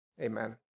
Amen